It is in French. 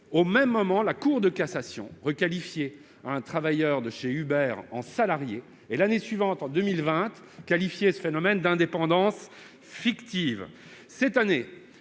même moment la Cour de cassation requalifiait un travailleur de chez Uber en salarié, parlant même en 2020 de phénomène d'indépendance fictive. Cette année,